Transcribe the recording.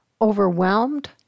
Overwhelmed